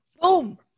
Boom